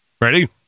Ready